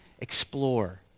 explore